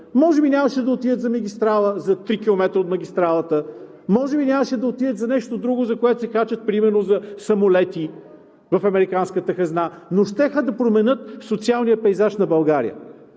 Може би нямаше да отидат за магистрала – за три километра от магистралата. Може би нямаше да отидат за нещо друго, за което се харчат, примерно за самолети – в американската хазна, но щяха да променят социалния пейзаж на България.